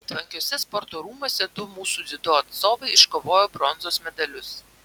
tvankiuose sporto rūmuose du mūsų dziudo atstovai iškovojo bronzos medalius